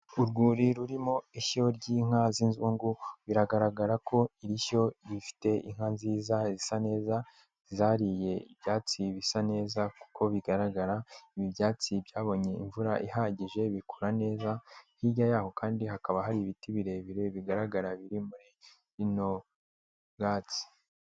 Urwuri rurimo ishyo ry'inka z'inzungu biragaragara ko iri shyo rifite inka nziza zisa neza zariye ibyatsi bisa neza kuko bigaragara, ibi byatsi byabonye imvura ihagije bikura neza, hirya yaho kandi hakaba hari ibiti birebire bigaragara biri muri ibwo bwatsi.